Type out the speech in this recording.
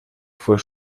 fue